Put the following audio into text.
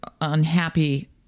unhappy